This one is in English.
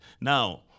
Now